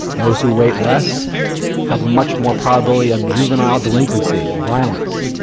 those who wait less have much more probability of juvenile delinquency, violence.